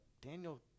Daniel